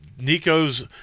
Nico's –